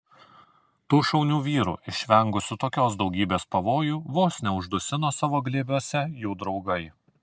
tų šaunių vyrų išvengusių tokios daugybės pavojų vos neuždusino savo glėbiuose jų draugai